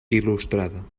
il·lustrada